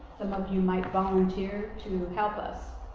some of you might volunteer to help us.